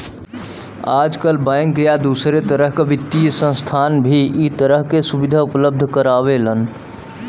आजकल बैंक या दूसरे तरह क वित्तीय संस्थान भी इ तरह क सुविधा उपलब्ध करावेलन